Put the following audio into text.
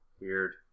weird